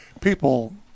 People